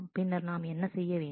பின்னர் நாம் என்ன செய்ய வேண்டும்